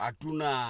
Atuna